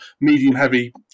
medium-heavy